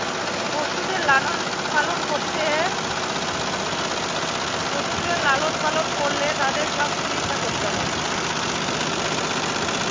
পশুদের লালন পালন করলে তাদের সব চিকিৎসা করতে হয়